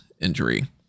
injury